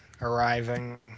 arriving